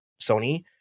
Sony